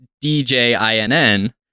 D-J-I-N-N